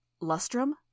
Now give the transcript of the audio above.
Lustrum